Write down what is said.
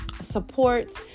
support